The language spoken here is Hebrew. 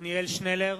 עתניאל שנלר,